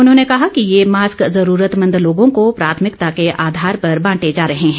उन्होंने कहा कि ये मास्क ज़रूरतमंद लोगों को प्राथमिकता के आधार पर बांटे जा रहे हैं